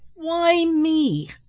why me?